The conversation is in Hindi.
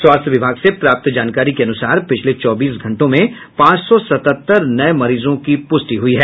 स्वास्थ्य विभाग से प्राप्त जानकारी के अनुसार पिछले चौबीस घंटों में पांच सौ सतहत्तर नये मरीजों की प्रष्टि हुई है